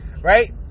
right